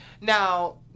now